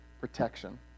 protection